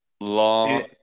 Long